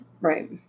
Right